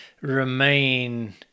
remain